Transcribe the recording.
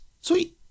Sweet